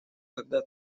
когда